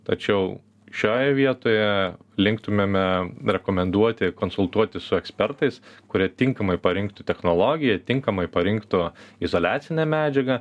tačiau šioje vietoje liktumėme rekomenduoti konsultuotis su ekspertais kurie tinkamai parinktų technologiją tinkamai parinktų izoliacinę medžiagą